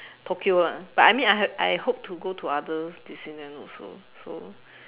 tokyo lah but I mean I have I hope to go to other disneyland also so